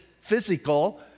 physical